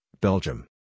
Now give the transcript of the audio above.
Belgium